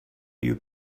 you